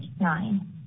nine